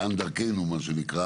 לאן דרכנו מה שנקרא